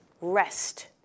rest